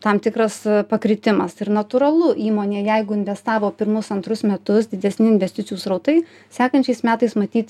tam tikras pakritimas ir natūralu įmonė jeigu investavo pirmus antrus metus didesni investicijų srautai sekančiais metais matyt